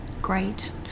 great